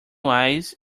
wise